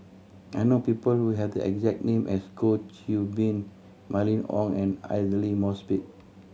I know people who have the exact name as Goh Qiu Bin Mylene Ong and Aidli Mosbit